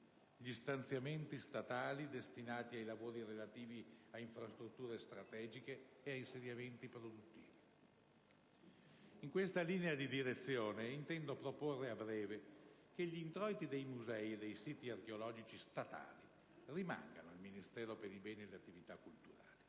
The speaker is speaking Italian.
gli stanziamenti statali destinati ai lavori relativi a infrastrutture strategiche e a insediamenti produttivi. In questa linea di direzione intendo proporre a breve che gli introiti dei musei e dei siti archeologici statali rimangano al Ministero per i beni e le attività culturali.